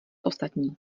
ostatní